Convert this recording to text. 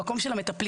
המקום של המטפלים,